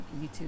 YouTube